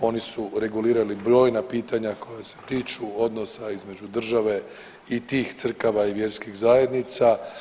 Oni su regulirali brojna pitanja koja se tiču odnosa između države i tih crkava i vjerskih zajednica.